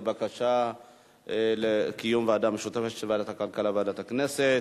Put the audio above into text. לדיון בבקשה לקיום ועדה משותפת של ועדת הכלכלה וועדת הכנסת.